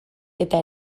eta